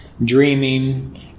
Dreaming